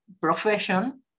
profession